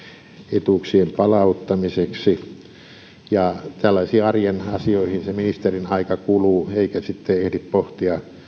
etuuksien palauttamiseksi tällaisiin arjen asioihin se ministerin aika kuluu eikä sitten ehdi pohtia